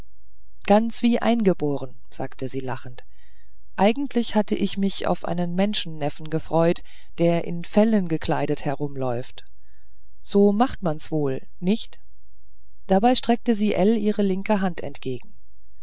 ganz wie eingeboren sagte sie lachend eigentlich hatte ich mich auf einen menschenneffen gefreut der in felle gekleidet umherläuft so macht man's wohl nicht dabei streckte sie ell ihre linke hand entgegen